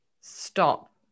stop